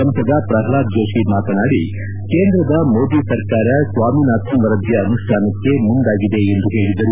ಸಂಸದ ಪ್ರಲ್ನಾದ ಜೋತಿ ಮಾತನಾಡಿ ಕೇಂದ್ರದ ಮೋದಿ ಸರ್ಕಾರ ಸ್ನಾಮಿನಾಥನ್ ವರದಿಯ ಅನುಷ್ಣಾನಕ್ಕೆ ಮುಂದಾಗಿದೆ ಎಂದು ಹೇಳಿದರು